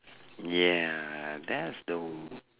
yeah that's the way